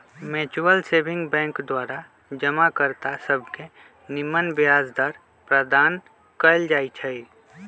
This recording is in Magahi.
म्यूच्यूअल सेविंग बैंक द्वारा जमा कर्ता सभके निम्मन ब्याज दर प्रदान कएल जाइ छइ